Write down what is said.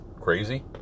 Crazy